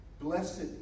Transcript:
Blessed